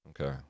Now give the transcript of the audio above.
Okay